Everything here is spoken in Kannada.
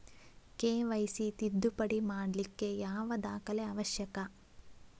ಕೆ.ವೈ.ಸಿ ತಿದ್ದುಪಡಿ ಮಾಡ್ಲಿಕ್ಕೆ ಯಾವ ದಾಖಲೆ ಅವಶ್ಯಕ?